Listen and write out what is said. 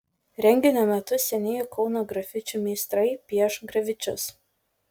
renginio metu senieji kauno grafičių meistrai pieš grafičius